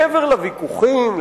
מעבר לוויכוחים,